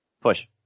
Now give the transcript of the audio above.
Push